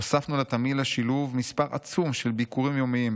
הוספנו לתמהיל השילוב מספר עצום של ביקורים יומיים,